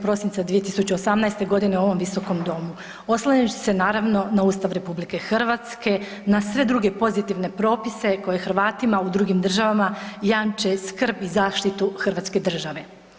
Prosinca 2018. godine u ovom visokom domu oslanjajući se naravno na Ustav RH, na sve druge pozitivne propise koje Hrvatima u drugim državama jamče skrb i zaštitu hrvatske države.